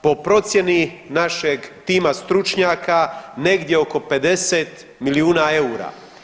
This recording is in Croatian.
Po procjeni našeg tima stručnjaka negdje oko 50 milijuna eura.